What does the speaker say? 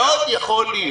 מאוד יכול להיות